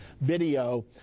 video